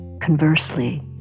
Conversely